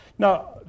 Now